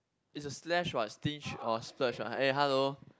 is a slash what stinge or splurge ah eh hello